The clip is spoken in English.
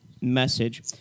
message